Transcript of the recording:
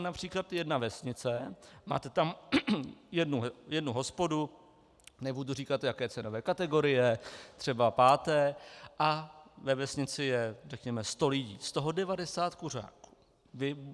Například jedna vesnice, máte tam jednu hospodu, nebudu říkat jaké cenové kategorie, třeba páté, a ve vesnici je řekněme sto lidí, z toho 90 kuřáků.